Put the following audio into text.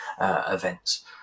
events